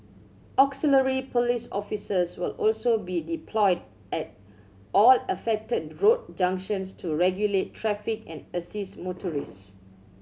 auxiliary police officers will also be deployed at all affected road junctions to regulate traffic and assist motorists